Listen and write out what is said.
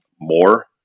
more